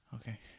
okay